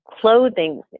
clothing